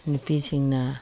ꯅꯨꯄꯤꯁꯤꯡꯅ